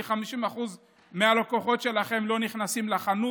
כי 50% מהלקוחות שלכם לא נכנסים לחנות,